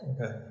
Okay